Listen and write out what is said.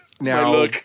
now